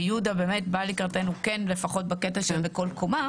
ויהודה באמת בא לקראתנו לפחות בקטע של בכל קומה